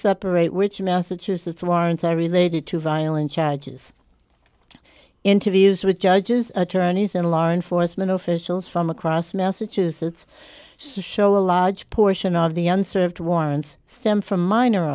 separate which massachusetts warrants are related to violent charges interviews with judges attorneys and law enforcement officials from across massachusetts says show a large portion of the unserved warrants stem from minor